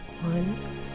One